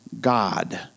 God